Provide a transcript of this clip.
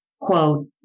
quote